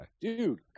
Dude